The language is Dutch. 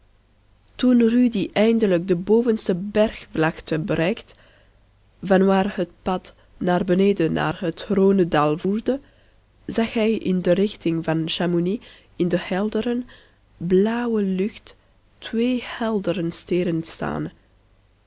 toen rudy eindelijk de bovenste bergvlakte bereikte vanwaar het pad naar beneden naar het rhônedal voerde zag hij in de richting van chamouny in de heldere blauwe lucht twee heldere